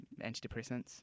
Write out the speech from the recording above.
antidepressants